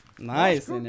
Nice